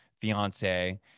fiance